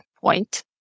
point